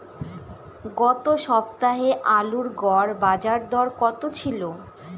গত সপ্তাহে আলুর গড় বাজারদর কত ছিল?